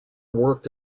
worked